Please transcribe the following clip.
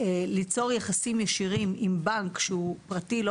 ליצור יחסים ישירים עם בנק שהוא פרטי ולא